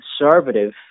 conservative